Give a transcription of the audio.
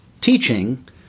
teaching